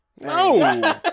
No